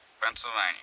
Pennsylvania